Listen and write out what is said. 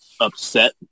upset